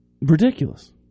ridiculous